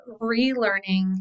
relearning